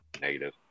Negative